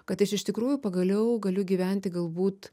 kad aš iš tikrųjų pagaliau galiu gyventi galbūt